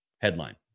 headline